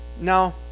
No